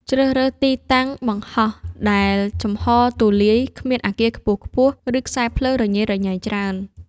ជ្រើសរើសទីតាំងបង្ហោះដែលចំហរទូលាយ គ្មានអាគារខ្ពស់ៗ ឬខ្សែភ្លើងរញ៉េរញ៉ៃច្រើន។